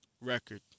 Record